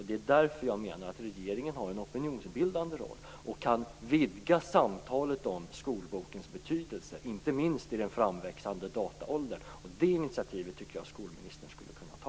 Det är därför jag menar att regeringen har en opinionsbildande roll och kan vidga samtalet om skolbokens betydelse, inte minst i den framväxande dataåldern. Det initiativet tycker jag att skolministern skulle kunna ta.